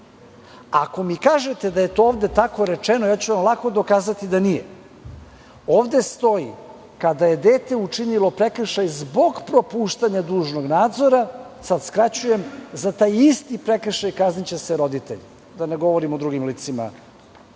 Ako mi kažete da je to ovde tako rečeno, ja ću vam lako dokazati da nije. Ovde stoji: "Kada je dete učinilo prekršaj zbog propuštanja dužnog nadzora", sad malo skraćujem, "za taj isti prekršaj kazniće se roditelj". To je objektivna